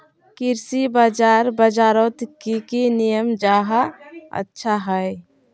कृषि बाजार बजारोत की की नियम जाहा अच्छा हाई?